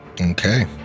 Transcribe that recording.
okay